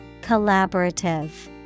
collaborative